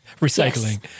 Recycling